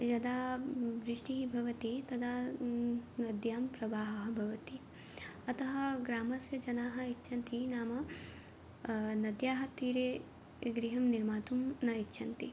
यदा वृष्टिः भवति तदा नद्यां प्रवाहः भवति अतः ग्रामस्य जनाः इच्छन्ति नाम नद्याः तीरे गृहं निर्मातुं न इच्छन्ति